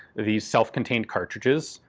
these self-contained cartridges,